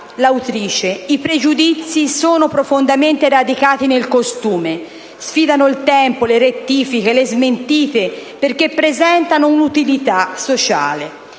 «I pregiudizi sono profondamente radicati nel costume: sfidano il tempo, le rettifiche, le smentite perché presentano un'utilità sociale.